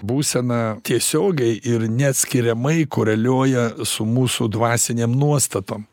būsena tiesiogiai ir neatskiriamai koreliuoja su mūsų dvasinėm nuostatom